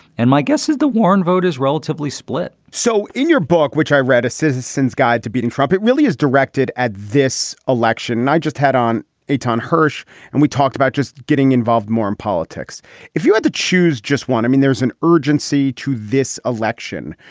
and my guess is the warren vote is relatively split so in your book, which i read, a citizen's guide to beating trump, it really is directed at this election. and i just had on a ton hirsch and we talked about just getting involved more in politics if you had to choose just one. i mean, there's an urgency to this election,